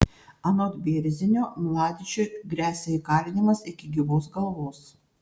anot bėrzinio mladičiui gresia įkalinimas iki gyvos galvos